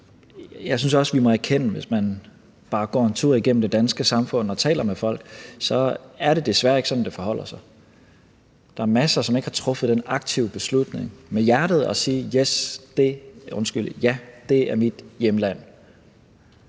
jeg synes også, vi må erkende, at det, hvis man bare går en tur igennem det danske samfund og taler med folk, desværre ikke er sådan, det forholder sig. Der er masser, som ikke har truffet den aktive beslutning med hjertet at sige, at ja, det er mit hjemland.